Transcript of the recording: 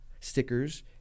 stickers